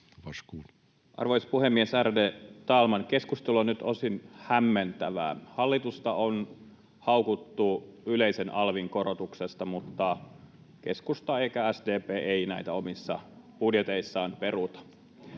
Arvoisa puhemies, ärade talman! Keskustelu on nyt osin hämmentävää. Hallitusta on haukuttu yleisen alvin korotuksesta, mutta keskusta tai SDP ei näitä omissa budjeteissaan peruuta.